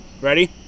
Ready